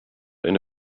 eine